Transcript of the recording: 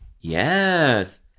Yes